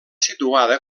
situada